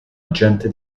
agente